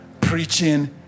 preaching